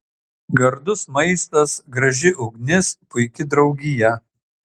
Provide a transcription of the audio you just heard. gardus maistas graži ugnis puiki draugija